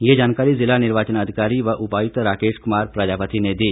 ये जानकारी जिला निर्वाचन अधिकारी व उपायुक्त राकेश कुमार प्रजापति ने दी